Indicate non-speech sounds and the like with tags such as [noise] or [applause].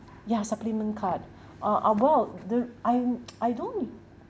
ya supplement card uh about the I [noise] I don't